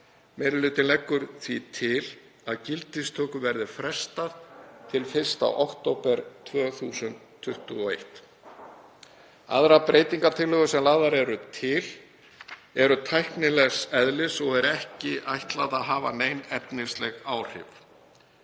Meiri hlutinn leggur því til að gildistöku verði frestað til 1. október 2021. Aðrar breytingartillögur sem lagðar eru til eru tæknilegs eðlis og er ekki ætlað að hafa efnisleg áhrif.